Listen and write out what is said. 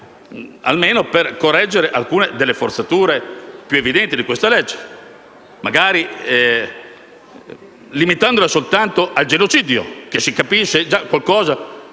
almeno per correggere alcune delle forzature più evidenti di questo disegno di legge, magari limitandolo soltanto al genocidio, che è già qualcosa,